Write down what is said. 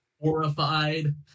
horrified